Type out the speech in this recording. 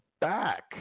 back